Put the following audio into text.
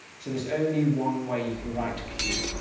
so there's only one way you can write q.